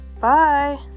Bye